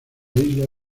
isla